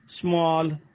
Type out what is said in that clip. small